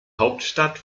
hauptstadt